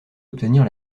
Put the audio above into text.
obtenir